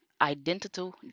identical